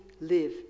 live